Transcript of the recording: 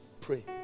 Pray